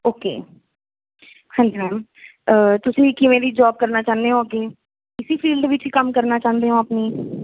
okay ਹਾਂਜੀ ma'am ਤੁਸੀਂ ਕਿਵੇਂ ਦੀ ਜੋਬ ਕਰਨਾ ਚਾਹੁੰਦੇ ਹੋ ਅੱਗੇ ਇਸ ਫੀਲਡ ਦੇ ਵਿੱਚ ਹੀ ਕੰਮ ਕਰਨਾ ਚਾਹੁੰਦੇ ਹੋ ਆਪਣੀ